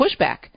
pushback